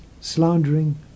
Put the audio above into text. slandering